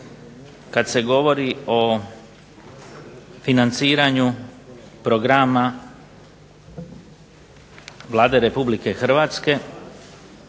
kada se govori o financiranju programa Vlade RH s jedne strane